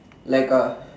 like a